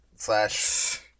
Slash